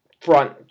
front